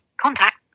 contact